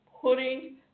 putting